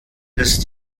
ist